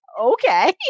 Okay